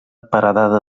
paredada